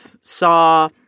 saw